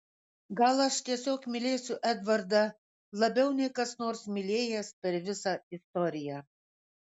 gal aš tiesiog mylėsiu edvardą labiau nei kas nors mylėjęs per visą istoriją